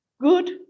good